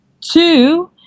Two